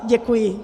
Děkuji